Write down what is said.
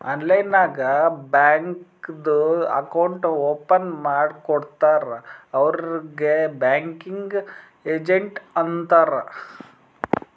online ನಾಗ್ ಬ್ಯಾಂಕ್ದು account open ಮಾಡ್ಕೊಡ್ತಾರ್ ಅವ್ರಿಗ್ ಬ್ಯಾಂಕಿಂಗ್ ಏಜೆಂಟ್ ಅಂತಾರ್